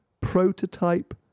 prototype